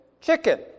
chicken